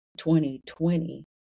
2020